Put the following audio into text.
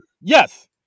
Yes